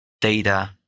data